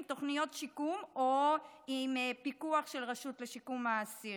תוכניות שיקום או עם פיקוח של הרשות לשיקום האסיר,